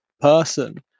person